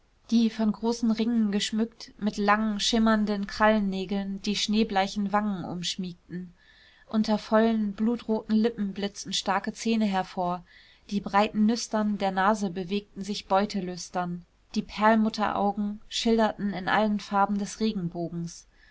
die von großen ringen geschmückt mit langen schimmernden krallennägeln die schneebleichen wangen umschmiegten unter vollen blutroten lippen blitzten starke zähne hervor die breiten nüstern der nase bewegten sich beutelüstern die perlmutteraugen schillerten in allen farben des regenbogens